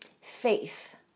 Faith